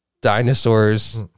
dinosaurs